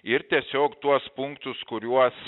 ir tiesiog tuos punktus kuriuos